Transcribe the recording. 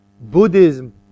Buddhism